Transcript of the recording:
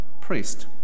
priest